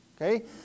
Okay